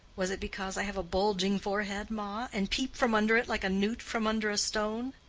was it because i have a bulging forehead, ma, and peep from under it like a newt from under a stone?